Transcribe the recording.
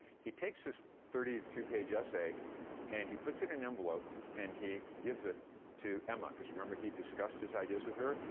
he takes this thirty two page essay and he puts it in an envelope and he gives it to emma, cause remember, he discussed his ideas with her.